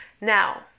Now